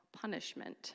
punishment